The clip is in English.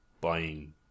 buying